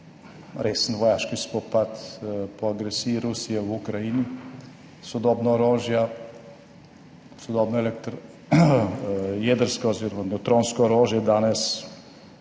resen vojaški spopad po agresiji Rusije v Ukrajini, sodobna orožja, sodobno jedrsko oziroma nevtronsko orožje danes